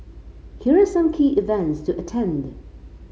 here are some key events to attend